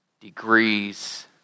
degrees